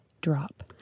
drop